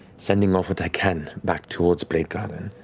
sending off what i can back towards bladegarden.